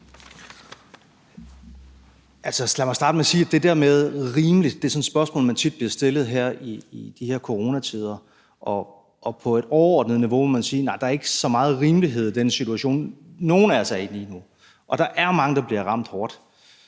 Lad mig starte med at sige, at det der med »rimeligt« er sådan et spørgsmål, man tit bliver stillet her i de her coronatider, og på et overordnet niveau må man sige, at nej, der er ikke så meget rimelighed i den situation, nogen af os er i lige nu. Og der er mange, der bliver ramt hårdt.